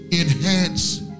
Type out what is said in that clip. enhance